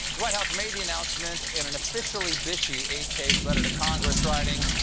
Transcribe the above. white house made the announcement in an officially bitchy eight-page letter to congress, writing,